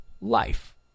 life